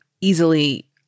easily